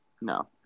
No